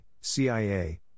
CIA